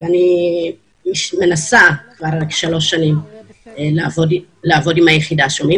אני מנסה שלוש שנים לעבוד עם היחידה במשרד המשפטים.